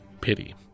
Pity